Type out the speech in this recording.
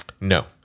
No